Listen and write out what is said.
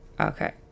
Okay